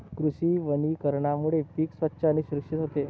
कृषी वनीकरणामुळे पीक स्वच्छ आणि सुरक्षित होते